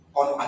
on